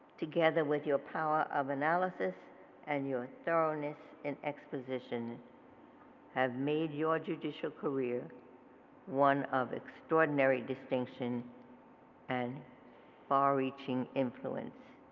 together with your power of analysis and your thoroughness in exposition have made your judicial career one of extraordinary distinction and far reaching influence.